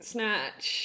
Snatch